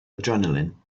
adrenaline